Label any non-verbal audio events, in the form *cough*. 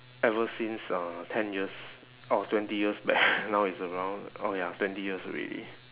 ever since uh ten years or twenty years back *noise* now it's around oh ya twenty years already